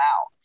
out